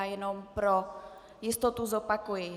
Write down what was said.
Jenom pro jistotu zopakuji.